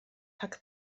rhag